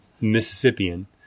Mississippian